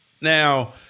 Now